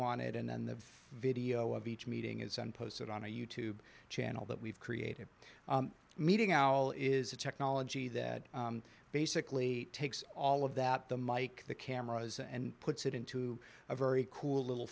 wanted and then the video of each meeting is and posted on a you tube channel that we've created meeting our all is a technology that basically takes all of that the mike the cameras and puts it into a very cool little